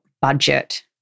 budget